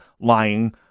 lying